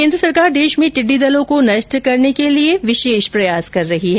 केन्द्र सरकार देश में टिड़डी दलों को नष्ट करने के लिए विशेष प्रयास कर रही है